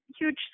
huge